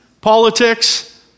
politics